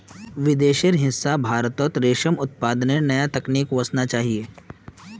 विदेशेर हिस्सा भारतत रेशम उत्पादनेर नया तकनीक वसना चाहिए